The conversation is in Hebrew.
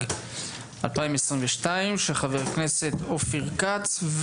התשפ"ג-2022 של חבר הכנסת אופיר כץ,